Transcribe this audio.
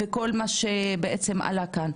וכל מה שבעצם עלה כאן.